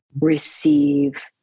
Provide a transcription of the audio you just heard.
receive